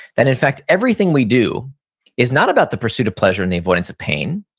that in fact, everything we do is not about the pursuit of pleasure and the avoidance of pain,